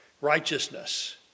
righteousness